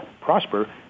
prosper